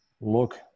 look